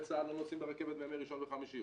צה"ל לא נוסעים ברכבת בימי ראשון וחמישי,